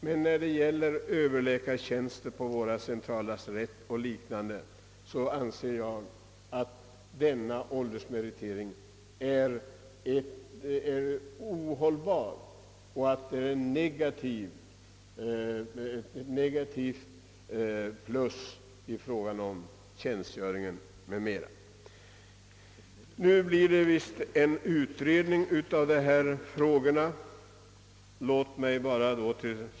Men i fråga om överläkartjänster på våra centrallasarett och därmed jämförbara sjukvårdsinrättningar anser jag att åldersmeriteringen är ohållbar och att en lång tjänstgöringstid i detta sammanhang snarare kan vara en negativ faktor. Det lär nu komma att tillsättas en utredning i dessa frågor.